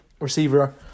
receiver